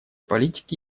политики